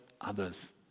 others